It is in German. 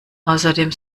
außerdem